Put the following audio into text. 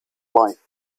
life